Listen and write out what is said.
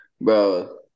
Bro